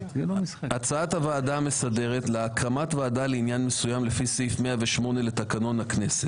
הצעת הוועדה המסדרת להקמת ועדה לעניין מסוים לפי סעיף 108 לתקנון הכנסת.